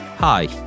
Hi